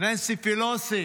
ננסי פלוסי